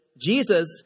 Jesus